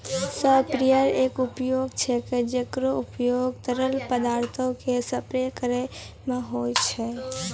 sprayer एक उपकरण छिकै, जेकरो उपयोग तरल पदार्थो क स्प्रे करै म होय छै